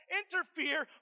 interfere